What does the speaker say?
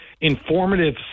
informative